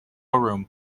room